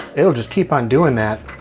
it'll just keep on doing that